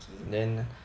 okay